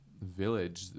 village